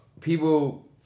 people